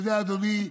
אתה יודע, אדוני,